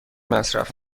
مصرف